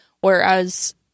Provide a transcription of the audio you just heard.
whereas